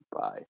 Bye